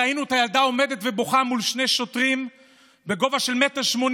ראינו את הילדה עומדת ובוכה מול שני שוטרים בגובה של 1.80